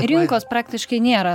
rinkos praktiškai nėra